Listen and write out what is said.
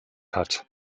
hat